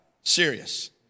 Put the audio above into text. Serious